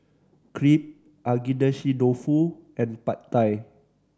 Crepe Agedashi Dofu and Pad Thai